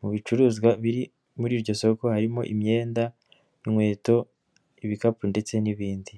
mu bicuruzwa biri muri iryo soko harimo imyenda, inkweto, ibikapu ndetse n'ibindi.